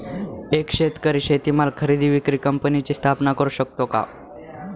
एक शेतकरी शेतीमाल खरेदी विक्री कंपनीची स्थापना करु शकतो का?